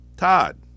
Todd